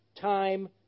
time